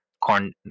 corn